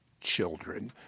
children